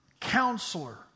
Counselor